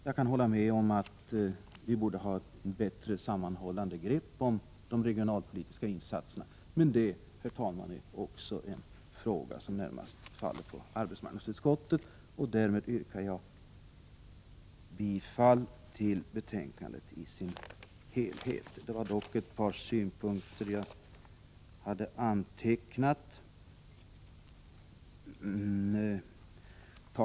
Jag kan hålla med om att vi borde ha ett bättre, sammanhållande grepp om de regionalpolitiska insatserna, men det är, herr talman, också en fråga som närmast faller på arbetsmarknadsutskottet. Därmed yrkar jag bifall till hemställan i dess helhet. Det var dock ett par synpunkter till som jag hade antecknat och som jag här vill framföra.